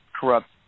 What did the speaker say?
corrupt